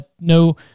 no